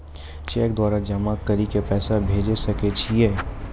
Cheque द्वारा जमा करि के पैसा भेजै सकय छियै?